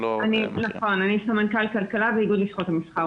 נכון, אני סמנכ"ל כלכלה באיגוד לשכות המסחר.